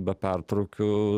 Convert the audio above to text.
be pertrūkių